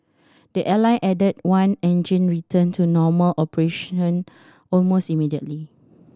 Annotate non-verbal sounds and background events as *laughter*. the airline added that one engine returned to normal operation almost immediately *noise*